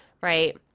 right